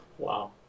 Wow